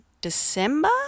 December